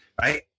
Right